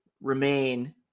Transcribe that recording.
remain